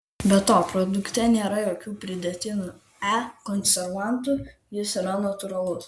be to produkte nėra jokių pridėtinių e konservantų jis yra natūralus